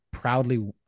Proudly